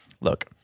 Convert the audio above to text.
look